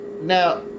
now